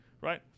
Right